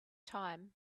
time